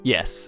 Yes